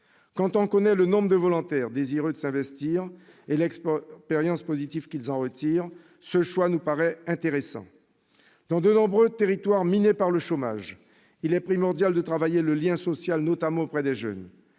Quand on connaît le nombre de volontaires désireux de s'investir et l'expérience positive qu'ils en retirent, ce choix nous paraît intéressant. Dans de nombreux territoires minés par le chômage, il est primordial de travailler le lien social, notamment auprès des jeunes.